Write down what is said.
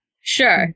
Sure